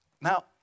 Now